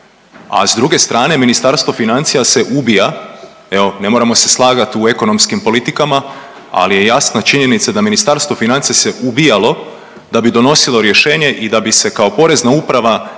A s druge strane Ministarstvo financija se ubija, evo ne moramo se slagati u ekonomskim politikama, ali je jasna činjenica da Ministarstvo financija se ubijalo da bi donosilo rješenje i da bi se kao Porezna uprava čiji